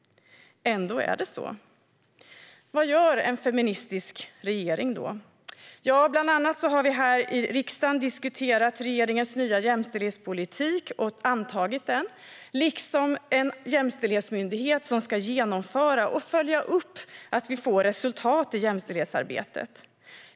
Ändå är det så. Vad gör då en feministisk regering? Bland annat har vi här i riksdagen diskuterat regeringens nya jämställdhetspolitik och antagit den liksom en jämställdhetsmyndighet som ska genomföra och följa upp jämställdhetsarbetet så att vi ser att vi får resultat.